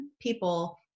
people